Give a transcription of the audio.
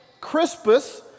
Crispus